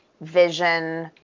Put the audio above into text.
vision